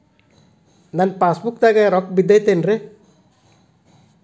ನನ್ನ ಪಾಸ್ ಪುಸ್ತಕದಾಗ ರೊಕ್ಕ ಬಿದ್ದೈತೇನ್ರಿ?